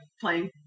playing